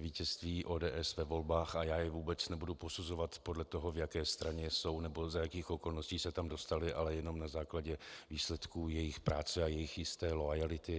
vítězství ODS ve volbách, a já je vůbec nebudu posuzovat podle toho, v jaké straně jsou nebo za jakých okolností se tam dostali, ale jen na základě výsledků jejich práce a jejich jisté loajality.